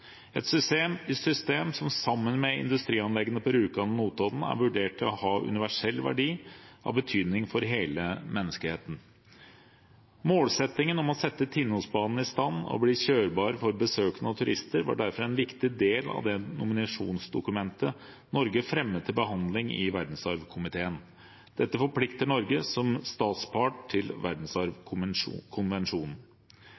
er vurdert å ha universell verdi, av betydning for hele menneskeheten. Målsettingen om å sette Tinnosbanen i kjørbar stand for besøkende og turister var derfor en viktig del av det nominasjonsdokumentet Norge fremmet til behandling i verdensarvkomiteen. Dette forplikter Norge som statspart til